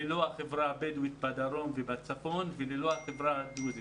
ללא חברה הבדואית בדרום ובצפון וללא החברה הדרוזית.